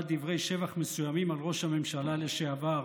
דברי שבח מסוימים על ראש הממשלה לשעבר